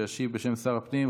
שישיב בשם שר הפנים.